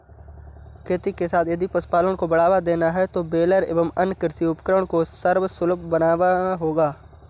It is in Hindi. खेती के साथ यदि पशुपालन को बढ़ावा देना है तो बेलर एवं अन्य कृषि उपकरण को सर्वसुलभ बनाना होगा